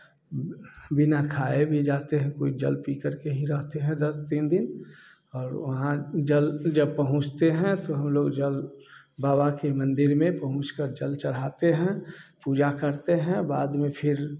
बिना खाए भी जाते हैं कुछ जल पीकर के ही रहते हैं वह तीन दिन और वहाँ जल जब पहुँचते हैं तो हम लोग जल बाबा के मंदिर में पहुँच कर जल चढ़ाते हैं पूजा करते हैं बाद में फिर